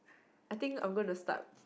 I think I'm gonna start